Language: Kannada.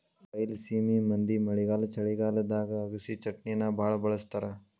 ಬೈಲಸೇಮಿ ಮಂದಿ ಮಳೆಗಾಲ ಚಳಿಗಾಲದಾಗ ಅಗಸಿಚಟ್ನಿನಾ ಬಾಳ ಬಳ್ಸತಾರ